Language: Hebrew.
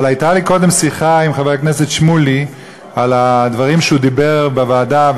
אבל הייתה לי קודם שיחה עם חבר הכנסת שמולי על הדברים שהוא דיבר בוועדה,